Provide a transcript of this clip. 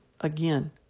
Again